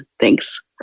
thanks